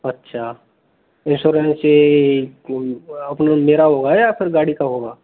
अच्छा इंश्योरेंस ये अपने मेरा होगा या फिर गाड़ी का होगा